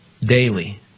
daily